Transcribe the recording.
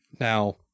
Now